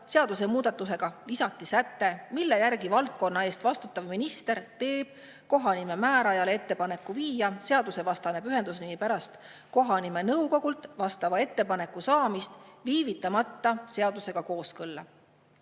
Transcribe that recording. seadusemuudatusega lisati säte, mille järgi teeb valdkonna eest vastutav minister kohanimemäärajale ettepaneku viia seadusevastane pühendusnimi pärast kohanimenõukogult vastava ettepaneku saamist viivitamata seadusega kooskõlla.